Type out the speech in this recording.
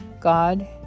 God